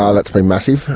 ah that's been massive.